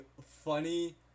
funny